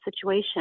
situation